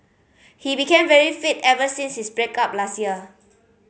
he became very fit ever since his break up last year